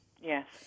Yes